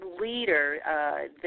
leader